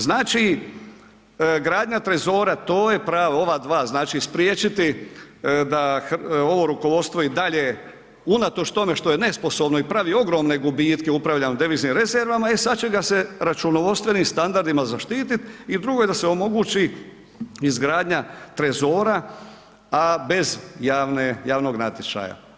Znači gradnja trezora, to je prava, ova dva znači spriječiti da ovo rukovodstvo i dalje unatoč tome što je nesposobno i pravi ogromne gubitke upravljanja deviznim rezervama, e sada će ga se računovodstvenim standardima zaštititi i drugo je da se omogući izgradnja trezora, a bez javnog natječaja.